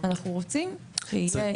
אנחנו רוצים שיהיה עובד אחד.